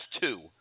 two